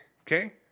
Okay